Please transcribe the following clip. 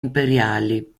imperiali